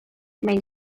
may